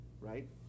right